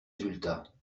résultats